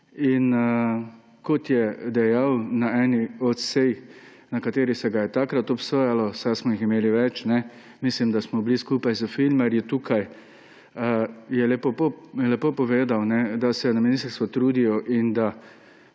Kot je dejal na eni od sej, na kateri se ga je takrat obsojalo ‒ saj smo jih imeli več –, mislim, da smo bili skupaj s filmarji tukaj, je lepo povedal, da se na ministrstvu trudijo in da